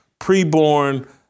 Preborn